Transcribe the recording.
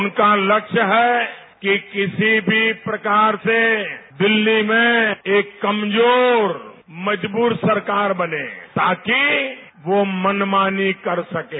उनका लक्ष्य है कि किसी भी प्रकार से दिल्ली में एक कमजोर मजबूर सरकार बने ताकि वो मनमानी कर सकें